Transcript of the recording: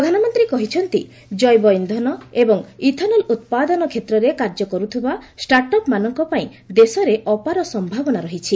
ପ୍ରଧାନମନ୍ତ୍ରୀ କହିଛନ୍ତି ଜେିବ ଇନ୍ଧନ ଏବଂ ଇଥେନଲ୍ ଉତ୍ପାଦନ କ୍ଷେତ୍ରରେ କାର୍ଯ୍ୟ କରୁଥିବା ଷ୍ଟାର୍ଟ୍ଅପ୍ମାନଙ୍କ ପାଇଁ ଅପାର ସମ୍ଭାବନା ରହିଛି